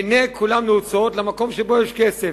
עיני כולם נעוצות במקום שבו יש כסף.